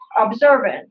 observant